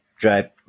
drive